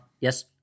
Yes